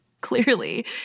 clearly